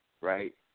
right